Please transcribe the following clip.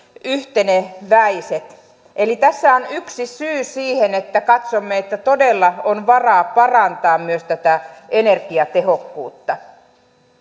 yhteneväiset eli tässä on yksi syy siihen että katsomme että todella on varaa parantaa myös energiatehokkuutta